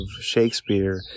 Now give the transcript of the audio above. Shakespeare